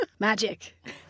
Magic